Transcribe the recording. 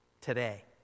today